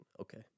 Okay